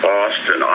Boston